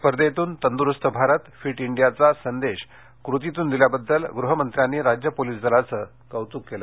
स्पर्धेतून तंदुरुस्त भारत फिट इंडियाचा संदेश कृतीतून दिल्याबद्दल गृहमंत्र्यांनी राज्य पोलीस दलाचे कौतुक केले